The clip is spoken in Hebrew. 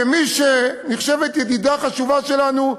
כמי שנחשבת ידידה חשובה שלנו,